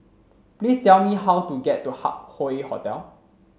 please tell me how to get to Hup Hoe Hotel